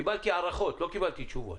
קיבלתי הערכות, לא תשובות.